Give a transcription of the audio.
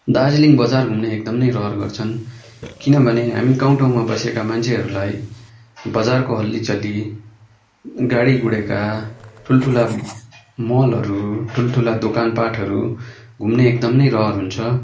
दार्जिलिङ बजार घुम्ने एकदम नै रहर गर्छन् किनभने हामी गाउँ ठाउँमा बसेका मान्छेहरूलाई बजारको हल्ली चल्ली गाडी गुडेका ठुल्ठुला मलहरू ठुल्ठुला दोकानपाटहरू घुम्ने एकदम नै रहर हुन्छ